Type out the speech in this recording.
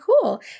cool